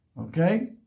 okay